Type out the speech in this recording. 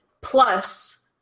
plus